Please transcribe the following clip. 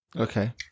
okay